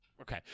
Okay